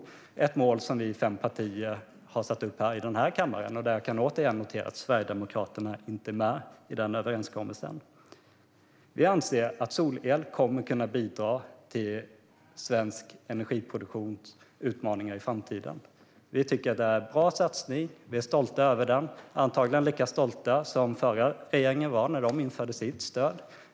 Det är ett mål som fem av riksdagens partier har satt upp, och jag noterar åter att Sverigedemokraterna inte är med i denna överenskommelse. Vi anser att solel kommer att kunna bidra till att möta svensk energiproduktions framtida utmaningar. Vi tycker att det är en bra satsning, och vi är stolta över den. Antagligen är vi lika stolta som den förra regeringen var när den införde sitt stöd.